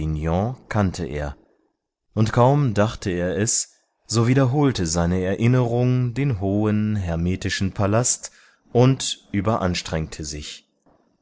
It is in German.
kannte er und kaum dachte er es so wiederholte seine erinnerung den hohen hermetischen palast und überanstrengte sich